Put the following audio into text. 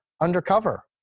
undercover